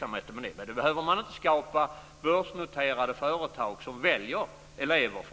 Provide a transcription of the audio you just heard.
Men för att lösa det problemet behöver man inte skapa börsnoterade företag som väljer elever.